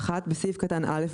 (1)בסעיף קטן (א),